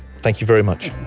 thank you very much.